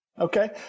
Okay